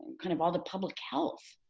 kind of all the public health